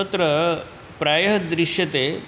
तत्र प्रायः दृश्यते